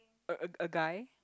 a a a guy